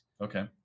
Okay